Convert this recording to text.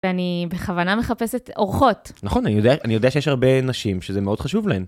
ואני בכוונה מחפשת אורחות. נכון, אני יודע שיש הרבה נשים שזה מאוד חשוב להן.